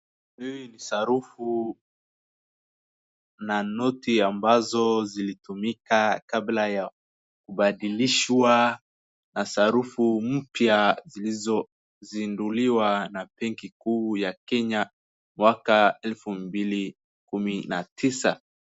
Hii ni sarufu na noti ambazo zimetumika kabla ya kubadilishwa na sarufu mpya zilizozinduliwa na benki kuu ya Kenya mwaka elfu mbili kumi na tisa.